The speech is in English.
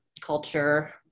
culture